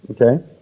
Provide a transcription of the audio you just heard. Okay